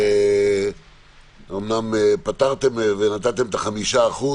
שאומנם פתרתם ונתתם את ה-5%